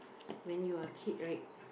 when you are a kid right